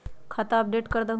खाता अपडेट करदहु?